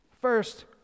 First